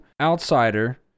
outsider